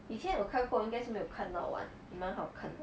以前有看过应该是没有看到完蛮好看的